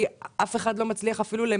כי אף אחד לא מצליח למפות,